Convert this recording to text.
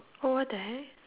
what what the heck